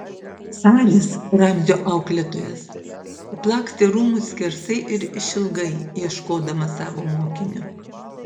saris ramzio auklėtojas aplakstė rūmus skersai ir išilgai ieškodamas savo mokinio